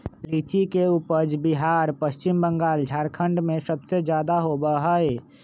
लीची के उपज बिहार पश्चिम बंगाल झारखंड में सबसे ज्यादा होबा हई